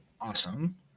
awesome